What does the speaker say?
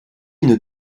une